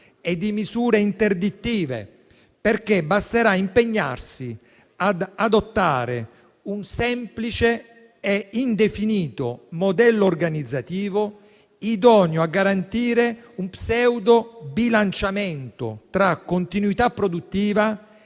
e di misure interdittive, perché basterà impegnarsi ad adottare un semplice e indefinito modello organizzativo idoneo a garantire uno pseudo-bilanciamento tra continuità produttiva